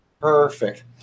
Perfect